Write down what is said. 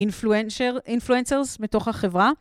אינפלואנסר, אינפלואנסרס מתוך החברה.